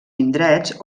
indrets